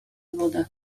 wodę